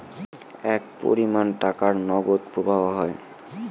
এক পরিমান টাকার নগদ প্রবাহ হয়